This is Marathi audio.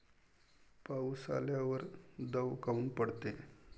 पाऊस आल्यावर दव काऊन पडते?